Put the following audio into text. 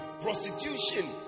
Prostitution